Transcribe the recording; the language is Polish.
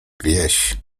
wieś